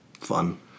Fun